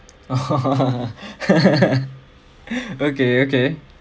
okay okay